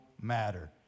matter